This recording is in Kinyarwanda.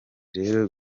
rero